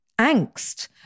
angst